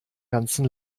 ganzen